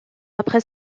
après